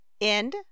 End